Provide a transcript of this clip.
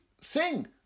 sing